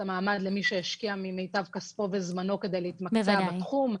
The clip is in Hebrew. המעמד למי שהשקיע ממיטב כספו וזמנו כדי להתמקצע בתחום.